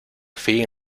fin